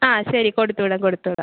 ആ ശരി കൊടുത്ത് വിടാം കൊടുത്ത് വിടാം